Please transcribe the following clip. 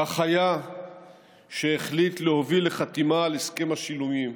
כך היה כשהחליט להוביל לחתימה על הסכם השילומים.